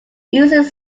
usually